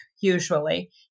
usually